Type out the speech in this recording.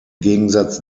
gegensatz